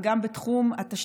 וגם בתחום התשתית,